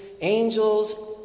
angels